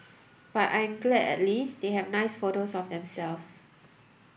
but I'm glad at least they have nice photos of themselves